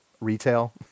retail